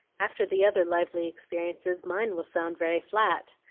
after the other lively experiences, mine will sound very flat.